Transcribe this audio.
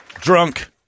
drunk